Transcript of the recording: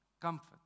Comfort